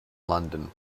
london